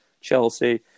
Chelsea